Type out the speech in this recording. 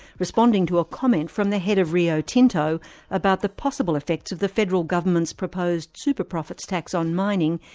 responding to a comment from the head of rio tinto about the possible effects of the federal government's proposed super-profits tax on mining,